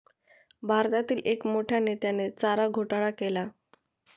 भारतातील एक मोठ्या नेत्याने चारा घोटाळा केला